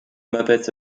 muppets